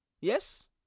Yes